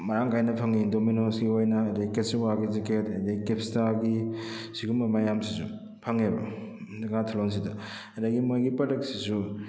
ꯃꯔꯥꯡ ꯀꯥꯏꯅ ꯐꯪꯏ ꯗꯣꯃꯤꯅꯣꯁꯀꯤ ꯑꯣꯏꯅ ꯑꯗꯨꯗꯩ ꯀꯦꯁꯤꯋꯥꯒꯤ ꯖꯦꯛꯀꯦꯠ ꯑꯗꯨꯗꯩ ꯀꯦꯞꯁꯁ꯭ꯇꯥꯒꯤ ꯑꯁꯤꯒꯨꯝꯕ ꯃꯌꯥꯝꯁꯤꯁꯨ ꯐꯪꯉꯦꯕ ꯗꯦꯀꯥꯊ꯭ꯂꯣꯟꯁꯤꯗ ꯑꯗꯨꯗꯒꯤ ꯃꯣꯏꯒꯤ ꯄ꯭ꯔꯗꯛꯁꯤꯁꯨ